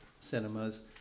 cinemas